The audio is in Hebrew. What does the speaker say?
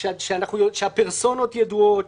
כשהפרסונות ידועות,